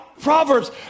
Proverbs